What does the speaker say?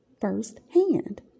firsthand